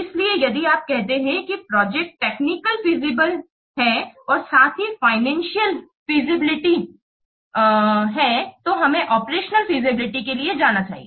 इसलिए यदि आप कहते हैं कि प्रोजेक्ट टेक्निकल फीजिबल है और साथ ही फाइनेंसियल फीजिबिल तो हमें ऑपरेशनल फीजिबिलिटी के लिए जाना चाहिए